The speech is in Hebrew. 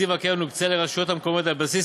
תקציב הקרן יוקצה לרשויות המקומיות על בסיס